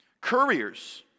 couriers